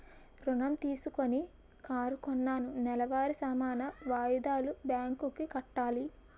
ఋణం తీసుకొని కారు కొన్నాను నెలవారీ సమాన వాయిదాలు బ్యాంకు కి కట్టాలి